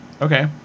Okay